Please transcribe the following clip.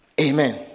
Amen